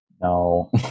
No